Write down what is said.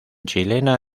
chilena